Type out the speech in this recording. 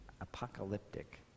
apocalyptic